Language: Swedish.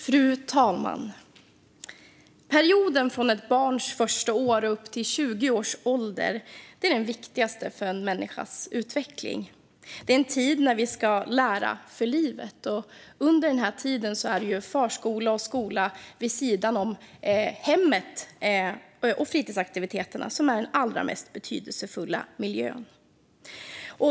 Fru talman! Perioden från ett barns första år fram till 20 års ålder är den viktigaste i en människas utveckling. Det är en tid när vi ska lära för livet, och under denna tid är förskola och skola vid sidan om hemmet och fritidsaktiviteter den mest betydelsefulla miljön.